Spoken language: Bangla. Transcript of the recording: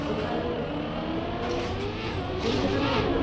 ওখানে ওখানে জিম শেখানো হয় তো